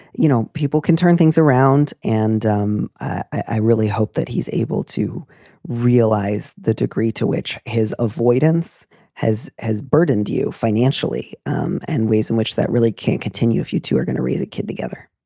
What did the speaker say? you know, people can turn things around. and um i really hope that he's able to realize the degree to which his avoidance has. has burdened you financially um and ways in which that really can't continue if you two are gonna raise a kid together.